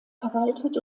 verwaltet